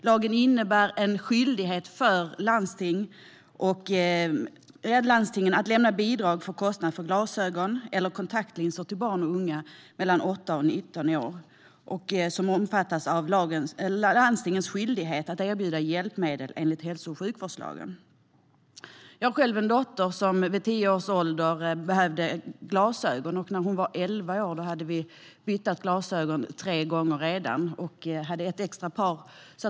Lagen innebär en skyldighet för landstingen att lämna bidrag för kostnad för glasögon eller kontaktlinser till barn och unga mellan 8 och 19 år och som omfattas av landstingens skyldighet att erbjuda hjälpmedel enligt hälso och sjukvårdslagen. Jag har själv en dotter som vid tio års ålder behövde glasögon. När hon var elva år hade vi bytt glasögon tre gånger redan och hade ett extra par.